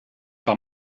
par